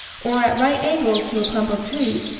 or at right angles to a clump of trees,